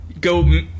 go